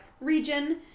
region